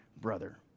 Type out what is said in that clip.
brother